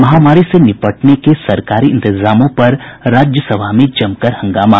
महामारी से निपटने के सरकारी इंतजामों पर राज्यसभा में जमकर हंगामा